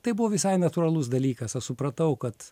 tai buvo visai natūralus dalykas aš supratau kad